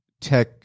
tech